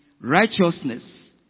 righteousness